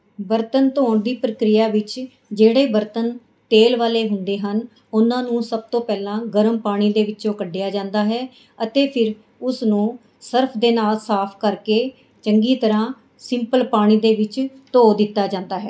ਬਰਤਨ ਧੋਣ ਦੀ ਪ੍ਰਕਿਰਿਆ ਵਿੱਚ ਜਿਹੜੇ ਬਰਤਨ ਤੇਲ ਵਾਲੇ ਹੁੰਦੇ ਹਨ ਉਹਨਾਂ ਨੂੰ ਸਭ ਤੋਂ ਪਹਿਲਾਂ ਗਰਮ ਪਾਣੀ ਦੇ ਵਿੱਚੋਂ ਕੱਢਿਆ ਜਾਂਦਾ ਹੈ ਅਤੇ ਫਿਰ ਉਸ ਨੂੰ ਸਰਫ ਦੇ ਨਾਲ ਸਾਫ ਕਰਕੇ ਚੰਗੀ ਤਰ੍ਹਾਂ ਸਿੰਪਲ ਪਾਣੀ ਦੇ ਵਿੱਚ ਧੋ ਦਿੱਤਾ ਜਾਂਦਾ ਹੈ